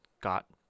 got